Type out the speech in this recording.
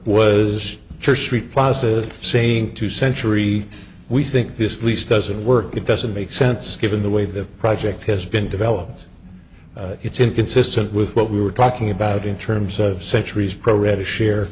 was church street plaza saying to century we think this lease doesn't work it doesn't make sense given the way the project has been developed it's inconsistent with what we were talking about in terms of centuries pro rata share